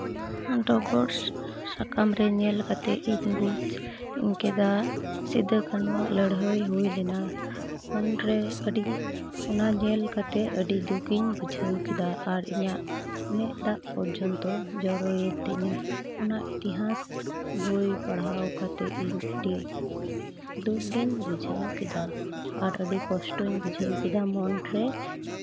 ᱰᱚᱜᱚᱨ ᱥᱟᱠᱟᱢ ᱨᱮ ᱧᱮᱞ ᱠᱟᱛᱮ ᱤᱧ ᱵᱩᱡᱽ ᱠᱮᱫᱟ ᱥᱤᱫᱩᱼᱠᱟᱹᱱᱦᱩᱣᱟᱜ ᱞᱟᱹᱲᱦᱟᱹᱭ ᱦᱩᱭ ᱞᱮᱱᱟ ᱩᱱᱨᱮ ᱟᱹᱰᱤ ᱚᱱᱟ ᱧᱮᱞ ᱠᱟᱛᱮ ᱟᱹᱰᱤ ᱫᱩᱠ ᱤᱧ ᱵᱩᱡᱷᱟᱹᱣ ᱠᱮᱫᱟ ᱟᱨ ᱤᱧᱟᱹᱜ ᱢᱮᱫ ᱫᱟᱜ ᱯᱚᱨᱡᱚᱱᱛᱚ ᱡᱚᱨᱚᱭᱮᱱ ᱛᱤᱧᱟᱹ ᱚᱱᱟ ᱤᱛᱤᱦᱟᱥ ᱵᱳᱭ ᱯᱟᱲᱦᱟᱣ ᱠᱟᱛᱮ ᱤᱧ ᱟᱹᱰᱤ ᱫᱩᱠ ᱜᱤᱧ ᱵᱩᱡᱷᱟᱹᱣ ᱠᱮᱫᱟ ᱟᱨ ᱟᱹᱰᱤ ᱠᱚᱥᱴᱚᱧ ᱵᱩᱡᱷᱟᱹᱣ ᱠᱮᱫᱟ ᱢᱚᱱᱨᱮ